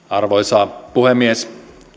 arvoisa puhemies